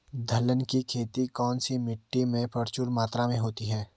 दलहन की खेती कौन सी मिट्टी में प्रचुर मात्रा में होती है?